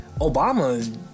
Obama